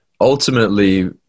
ultimately